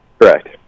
Correct